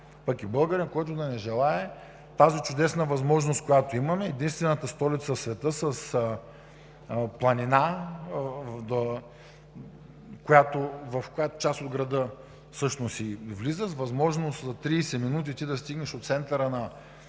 пък и българин, който да не желае тази чудесна възможност, която имаме – единствената столица в света с планина, в която влиза част от града, с възможност за 30 минути да стигнеш от центъра на